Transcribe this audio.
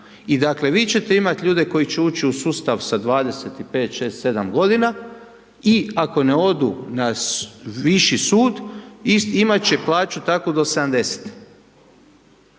i dakle, vi ćete imati ljude koji će ući u sustav sa 25, 26, 27 godina i ako ne odu na viši sud, imat će plaću takvu do 70